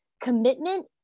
commitment